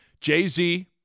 Jay-Z